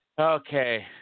Okay